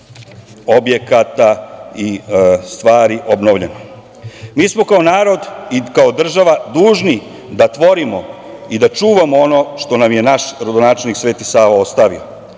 objekata i stvari obnavlja. Mi smo kao narod i kao država dužni da tvorimo i da čuvamo ono što nam je naš rodonačelnik Sveti Sava ostavio.